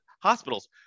Hospitals